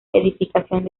edificación